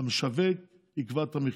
המשווק יקבע את המחיר.